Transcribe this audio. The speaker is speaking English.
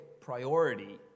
priority